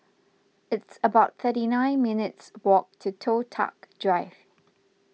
it's about thirty nine minutes' walk to Toh Tuck Drive